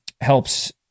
helps